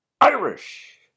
Irish